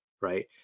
right